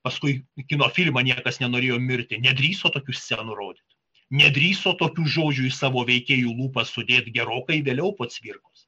paskui kino filmą niekas nenorėjo mirti nedrįso tokių scenų rodyt nedrįso tokių žodžių į savo veikėjų lūpas sudėt gerokai vėliau po cvirkos